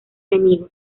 enemigo